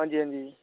अंजी अंजी